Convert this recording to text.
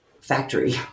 factory